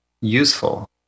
useful